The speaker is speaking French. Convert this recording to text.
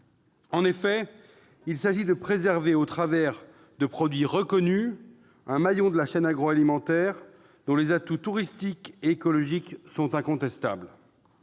importante. Il s'agit bien de préserver, au travers de produits reconnus, un maillon de la chaîne agroalimentaire dont les atouts touristiques et écologiques sont incontestables.